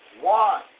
One